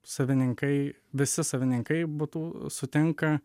savininkai visi savininkai butų sutinka